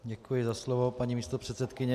Děkuji za slovo, paní místopředsedkyně.